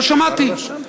לא שמעתי.